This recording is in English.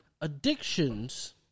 Addictions